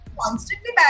constantly